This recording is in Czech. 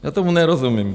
Já tomu nerozumím.